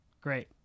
great